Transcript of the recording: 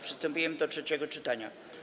Przystępujemy do trzeciego czytania.